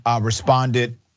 responded